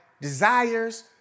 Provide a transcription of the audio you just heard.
desires